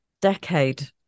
decade